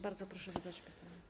Bardzo proszę zadać pytanie.